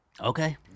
Okay